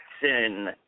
Jackson